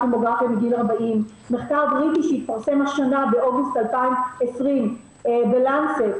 ממוגרפיה בגיל 40. מחקר בריטי שהתפרסם באוגוסט השנה בלנצט,